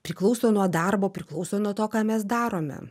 priklauso nuo darbo priklauso nuo to ką mes darome